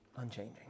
unchanging